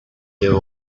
there